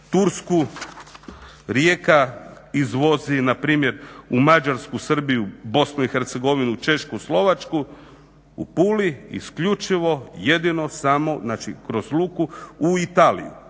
Tursku. Rijeka izvozi npr. u Mađarsku, Srbiju, BiH, Češku, Slovačku u Puli isključivo jedino samo kroz luku u Italiju